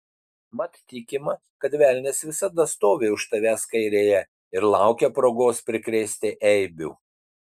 mat tikima kad velnias visada stovi už tavęs kairėje ir laukia progos prikrėsti eibių